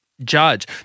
judge